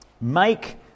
make